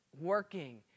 working